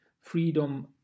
Freedom